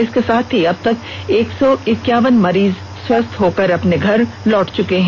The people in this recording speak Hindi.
इसके साथ ही अब तक एक सौ एकावन मरीज स्वस्थ होकर अपने घर लौट चूके हैं